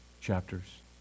chapters